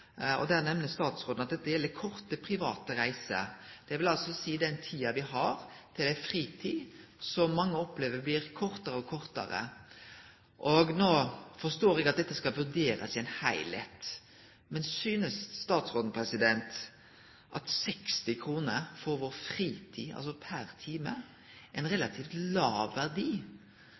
nemner at det gjeld korte private reiser, det vil altså seia den fritida vi har, som mange opplever blir kortare og kortare. No forstår eg at dette skal bli vurdert i ein heilskap. Men synest ikkje statsråden at 60 kr per time for fritida vår er ein relativt låg verdi,